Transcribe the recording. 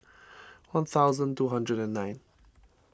one thousand two hundred and nine